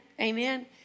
Amen